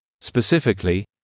Specifically